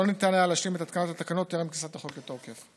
לא ניתן היה להשלים את התקנת התקנות טרם כניסת החוק לתוקף.